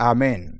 Amen